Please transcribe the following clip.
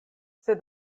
sed